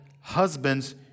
husbands